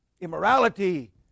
immorality